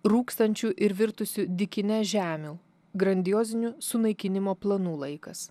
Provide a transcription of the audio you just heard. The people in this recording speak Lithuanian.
rūkstančių ir virtusių dykyne žemių grandiozinių sunaikinimo planų laikas